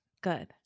Good